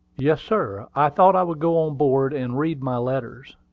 yes, sir i thought i would go on board and read my letters.